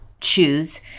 choose